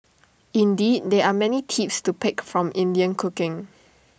indeed there are many tips to pick up from Indian cooking